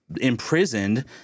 imprisoned